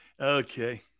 Okay